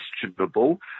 questionable